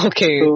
Okay